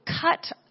cut